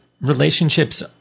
relationships